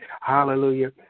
hallelujah